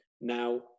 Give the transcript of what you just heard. Now